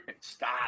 Stop